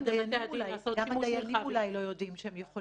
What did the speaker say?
ואנחנו גם --- גם הדיינים אולי לא יודעים שהם יכולים.